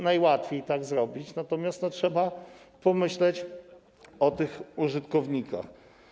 Najłatwiej tak zrobić, natomiast trzeba pomyśleć o tych użytkownikach.